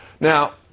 Now